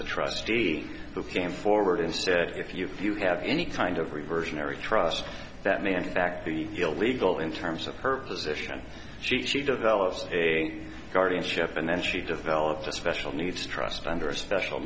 the trustee who came forward and said if you few have any kind of reversionary trust that may in fact be illegal in terms of her position she she develops a guardianship and then she develops a special needs trust fund or a special